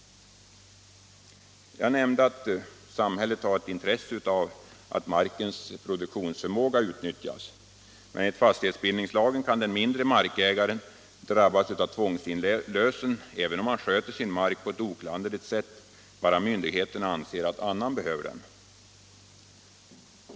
Jag nämnde att samhället har ett intresse av att markens produktionsförmåga utnyttjas. Men enligt fastighetsbildningslagen kan den mindre markägaren drabbas av tvångsinlösen även om han sköter sin mark på ett oklanderligt sätt, bara myndigheterna anser att man behöver marken.